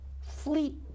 Fleet